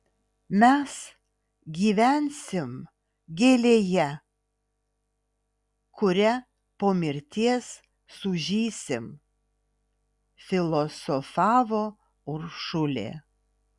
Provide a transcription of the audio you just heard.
mes gyvensim gėlėje kuria po mirties sužysim filosofavo uršulė